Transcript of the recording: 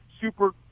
Super